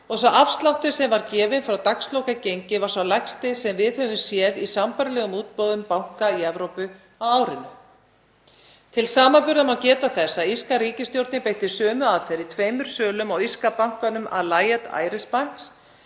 og sá afsláttur sem var gefið frá dagslokagengi var sá lægsti sem við höfum séð í sambærilegum útboðum banka í Evrópu á árinu. Til samanburðar má geta þess að írska ríkisstjórnin beitti sömu aðferð í tveimur sölum á írska bankanum Allied Irish Banks,